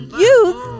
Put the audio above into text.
youth